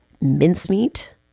mincemeat